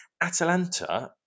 Atalanta